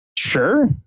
Sure